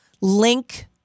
Link